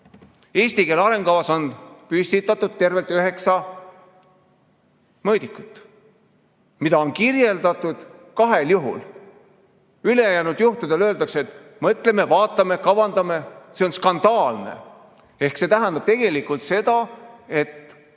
Eesti keele arengukavas on püstitatud tervelt üheksa mõõdikut, mida on kirjeldatud kahel juhul. Ülejäänute kohta öeldakse, et mõtleme, vaatame, kavandame. See on skandaalne. See tähendab tegelikult seda, et